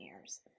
years